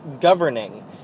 governing